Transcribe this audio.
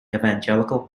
evangelical